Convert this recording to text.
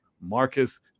Marcus